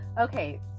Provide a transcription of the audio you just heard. okay